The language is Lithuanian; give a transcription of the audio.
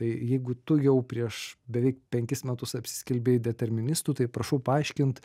tai jeigu tu jau prieš beveik penkis metus apsiskelbei deterministu tai prašau paaiškint